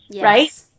right